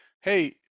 hey